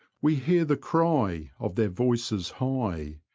we hear the cry of their voices high,